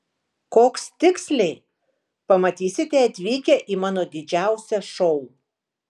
koks tiksliai pamatysite atvykę į mano didžiausią šou